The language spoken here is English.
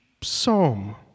psalm